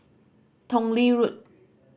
Tong Lee Road